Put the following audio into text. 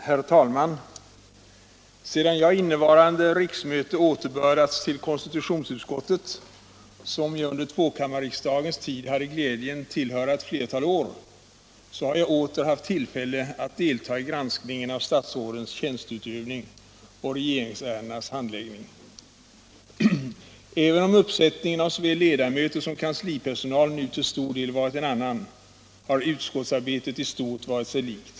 Herr talman! Sedan jag innevarande riksmöte återbördats till konstitutionsutskottet, som jag under tvåkammarriksdagens tid hade glädjen tillhöra ett flertal år, har jag åter haft tillfälle delta i granskningen av statsrådens tjänsteutövning och regeringsärendenas handläggning. Även — Nr 137 om uppsättningen av såväl ledamöter som kanslipersonal till stor del Tisdagen den varit en annan, har utskottsarbetet i stort varit sig likt.